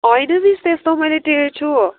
होइन मिस त्यस्तो मैले टेर्छु